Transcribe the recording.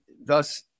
thus